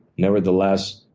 nevertheless,